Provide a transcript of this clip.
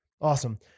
Awesome